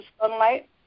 sunlight